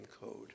code